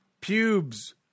pubes